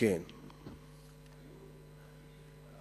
ההפגנה הזאת,